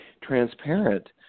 transparent